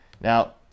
Now